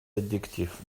addictive